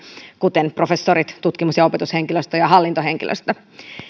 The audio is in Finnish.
kuten professorit tutkimus ja opetushenkilöstö ja hallintohenkilöstö